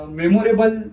memorable